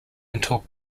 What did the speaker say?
until